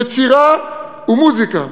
יצירה ומוזיקה,